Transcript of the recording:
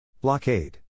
Blockade